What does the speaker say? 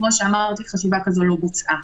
וזה לא בוצע.